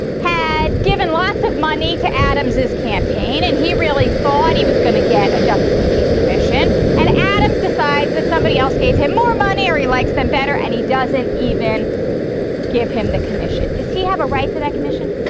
had given lots of money to adams's campaign and he really thought he was going to get a justice of the peace commission and adams decides that somebody else gave him more money or he likes them better and he doesn't even give him the commission? does he have a right to that commission?